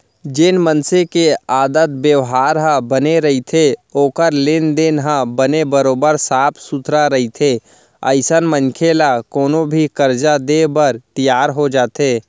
जेन मनसे के आदत बेवहार ह बने रहिथे ओखर लेन देन ह बने बरोबर साफ सुथरा रहिथे अइसन मनखे ल कोनो भी करजा देय बर तियार हो जाथे